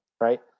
right